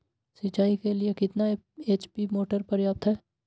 सिंचाई के लिए कितना एच.पी मोटर पर्याप्त है?